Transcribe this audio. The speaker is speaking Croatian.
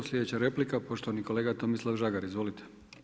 Slijedeća replika poštovani kolega Tomislav Žagar, izvolite.